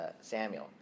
samuel